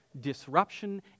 Disruption